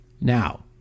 Now